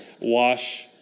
wash